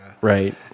Right